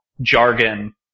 jargon